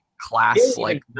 class-like